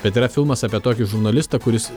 bet yra filmas apie tokį žurnalistą kuris